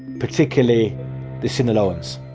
particularly the sinaloans